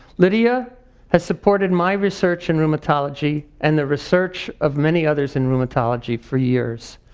lydia has supported my research in rheumatology and the research of many others in rheumatology for years.